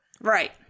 Right